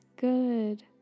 good